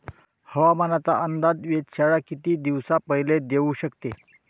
हवामानाचा अंदाज वेधशाळा किती दिवसा पयले देऊ शकते?